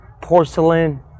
porcelain